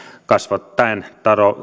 kasvattaen